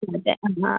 ഇവിടെ എന്നാണ്